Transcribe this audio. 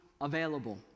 available